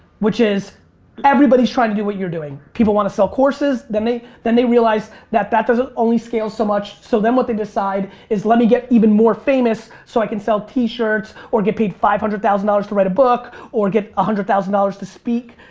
which is everybody's trying to do what you're doing. people want to sell courses then they then they realize that, that doesn't only scale so much so then what they decide is let me get even more famous so i can sell t-shirts or get paid five hundred thousand dollars to write a book or get one hundred thousand dollars to speak.